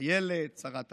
אילת שרת הפנים,